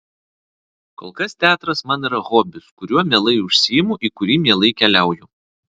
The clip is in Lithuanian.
kol kas teatras man yra hobis kuriuo mielai užsiimu į kurį mielai keliauju